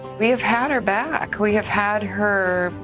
we have had her back. we have had her,